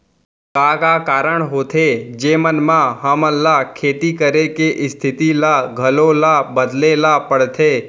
का का कारण होथे जेमन मा हमन ला खेती करे के स्तिथि ला घलो ला बदले ला पड़थे?